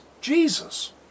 Jesus